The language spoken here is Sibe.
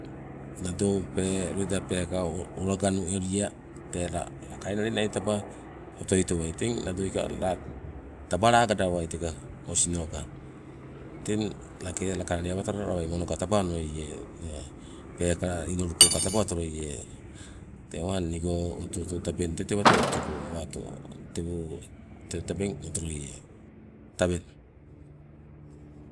Nado pee loida olowa ganoelia, tee la lakainale nai taaba oto towai, teng nadoika tabba lagadawai teka osinoka. Teng lake lakainale awa talalawa moroka taba onoie, peekala inulupoka taba otoloie. Tewang nigo oto oto tabeng tee tewato otoko awato tewo tee tabeeng otoloie. Tabeng.